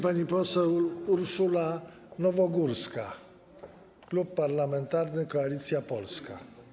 Pani poseł Urszula Nowogórska, Klub Parlamentarny Koalicja Polska.